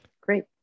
Great